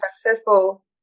successful